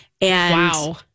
Wow